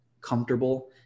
comfortable